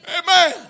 Amen